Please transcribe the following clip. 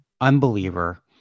unbeliever